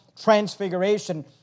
Transfiguration